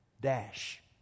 dash